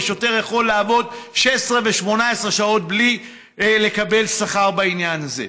ושוטר יכול לעבוד 16 ו-18 שעות בלי לקבל שכר בעניין הזה.